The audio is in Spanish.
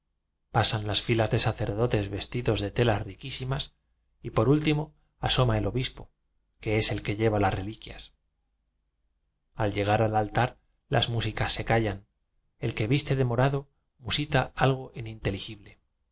pasan las filas de sacerdotes vestidos de telas riquísimas y por último asoma el obispo que es el que lleva las reliquias al llegar al altar las músicas se callan el que viste de morado musita algo ininteligi